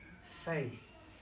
faith